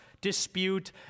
dispute